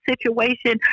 situation